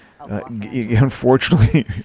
Unfortunately